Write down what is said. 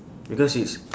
because it's